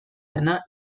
zena